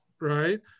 Right